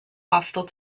hostile